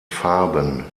farben